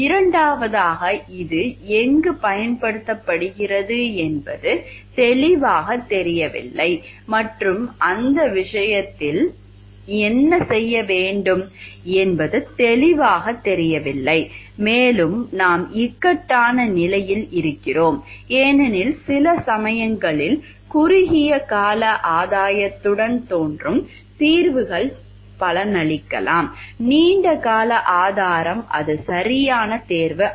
இரண்டாவதாக இது எங்கு பயன்படுத்தப்படுகிறது என்பது தெளிவாகத் தெரியவில்லை மற்றும் இந்த விஷயத்தில் என்ன செய்ய வேண்டும் என்பது தெளிவாகத் தெரியவில்லை மேலும் நாம் இக்கட்டான நிலையில் இருக்கிறோம் ஏனெனில் சில சமயங்களில் குறுகிய கால ஆதாயத்துடன் தோன்றும் தீர்வுகள் பலனளிக்கலாம் நீண்ட கால ஆதாரம் அது சரியான தேர்வு அல்ல